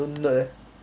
don't nerd eh